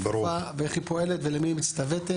כפופה ואיך היא פועלת ולמי היא מצטוותת.